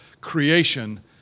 creation